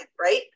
Right